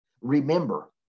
Remember